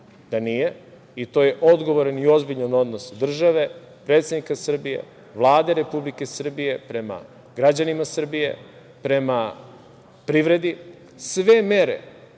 da nije. To je odgovoran i ozbiljan odnos države, predsednika Srbije, Vlade Republike Srbije prema građanima Srbije, prema privredi. Sve mere